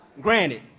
Granted